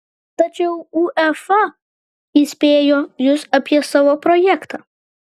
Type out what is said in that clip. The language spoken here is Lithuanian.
tačiau uefa įspėjo jus apie savo projektą